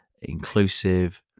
inclusive